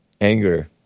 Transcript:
Anger